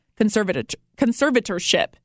conservatorship